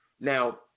Now